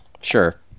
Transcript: Sure